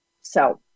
So-